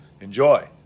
Enjoy